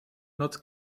notts